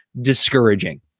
discouraging